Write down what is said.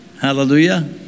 Hallelujah